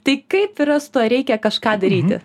tai kaip yra su tuo reikia kažką daryti